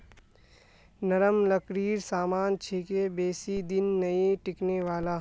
नरम लकड़ीर सामान छिके बेसी दिन नइ टिकने वाला